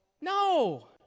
No